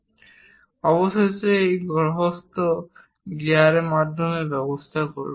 এবং অবশেষে এই গ্রহগত গিয়ারের মাধ্যমেও ব্যবস্থা করব